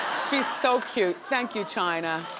she's so cute, thank you chyna.